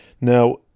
Now